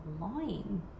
lying